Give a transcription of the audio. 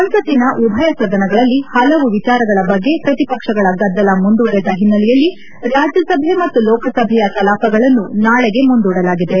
ಸಂಸಕ್ತಿನ ಉಭಯ ಸದನಗಳಲ್ಲಿ ಪಲವು ವಿಚಾರಗಳ ಬಗ್ಗೆ ಪ್ರತಿಪಕ್ಷಗಳ ಗದ್ದಲ ಮುಂದುವರೆದ ಹಿನ್ನೆಲೆಯಲ್ಲಿ ರಾಜ್ಯಸಭೆ ಮತ್ತು ಲೋಕಸಭೆಯ ಕಲಾಪಗಳನ್ನು ನಾಳೆಗೆ ಮುಂದೂಡಲಾಗಿದೆ